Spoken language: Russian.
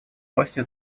росте